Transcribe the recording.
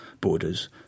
borders